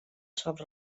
sobre